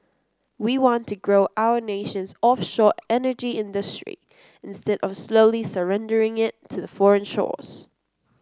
we want to grow our nation's offshore energy industry instead of slowly surrendering it to foreign shores